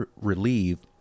relieved